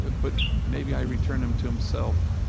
ah but maybe i return him to himself.